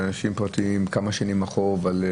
כמה שנים החוב.